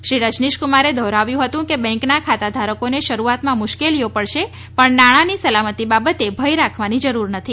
શ્રી રજનીશકુમારે દોહરાવ્યો હતું કે બેન્કના ખાતાધારકોને શરૂઆતમાં મુશ્કેલીઓ પડશે પણ નાણાંની સલામતી બાબતે ભય રાખવાની જરૂર નથી